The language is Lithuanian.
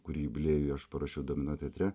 kurį jubiliejui aš parašiau domino teatre